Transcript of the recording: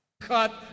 Cut